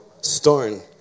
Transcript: stone